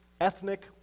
ethnic